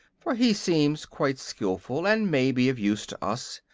for he seems quite skillful and may be of use to us.